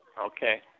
Okay